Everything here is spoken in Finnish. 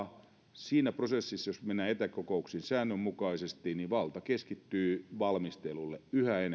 siinä prosessissa jos mennään etäkokouksiin säännönmukaisesti valta keskittyy valmistelulle